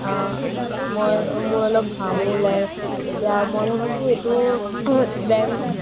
মই মোৰ অলপ ঘামো ওলায় এতিয়া মই ভাবোঁ কি ডেঞ্চ